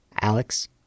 Alex